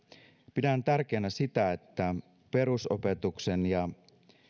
pidän tärkeänä sitä että perusopetuksen ja